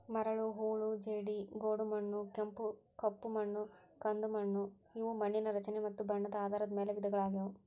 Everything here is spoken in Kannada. ಮರಳು, ಹೂಳು ಜೇಡಿ, ಗೋಡುಮಣ್ಣು, ಕೆಂಪು, ಕಪ್ಪುಮತ್ತ ಕಂದುಮಣ್ಣು ಇವು ಮಣ್ಣಿನ ರಚನೆ ಮತ್ತ ಬಣ್ಣದ ಆಧಾರದ ಮ್ಯಾಲ್ ವಿಧಗಳಗ್ಯಾವು